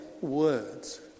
words